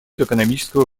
экономического